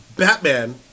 Batman